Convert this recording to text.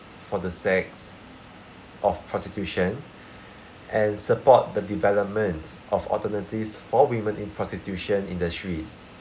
for the sex of prostitution and support the development of alternatives for women in prostitution industries